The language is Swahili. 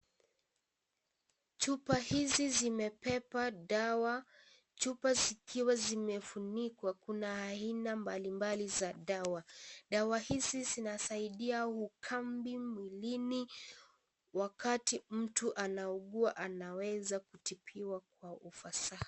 Chupa hizi zimebeba dawa, chupa zikiwa zimefunikwa. Kuna aina mbalimbali za dawa. Dawa hizi zinasaidia ukambi mwilini wakati mtu anaugua anaweza kutibiwa kwa ufasaha.